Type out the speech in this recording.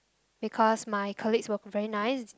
because my colleagues was very nice